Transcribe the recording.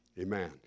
Amen